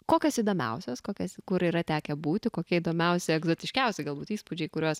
kokios įdomiausios kokias kur yra tekę būti kokia įdomiausia egzotiškiausi galbūt įspūdžiai kuriuos